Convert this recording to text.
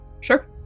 Sure